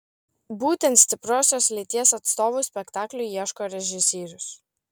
būtent stipriosios lyties atstovų spektakliui ieško režisierius